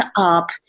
up